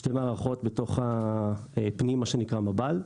שתי מערכות פנימה, מה שנקרא מב"ל,